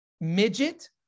midget